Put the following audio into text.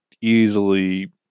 easily